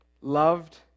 loved